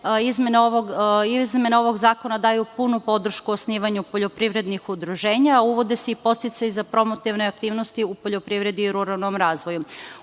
Izmene ovog zakona daju punu podršku osnivanju poljoprivrednih udruženja. Uvode se i podsticaji za promotivne aktivnosti u poljoprivredi i ruralnog razvoju. Ono